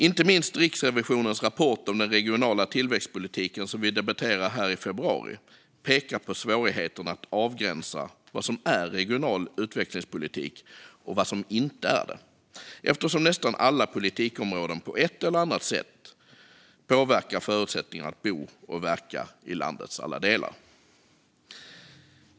Inte minst Riksrevisionens rapport om den regionala tillväxtpolitiken, som vi debatterade här i februari, pekar på svårigheterna att avgränsa vad som är regional utvecklingspolitik och vad som inte är det, eftersom nästan alla politikområden på ett eller annat sätt påverkar förutsättningarna att bo och verka i landets alla delar.